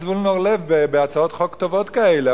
זבולון אורלב בהצעות חוק טובות כאלה,